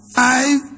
five